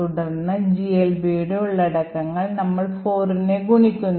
തുടർന്ന് GLBയുടെ ഉള്ളടക്കങ്ങൾ നമ്മൾ 4നെ ഗുണിക്കുന്നു